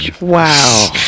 Wow